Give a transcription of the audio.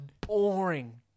boring